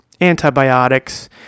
antibiotics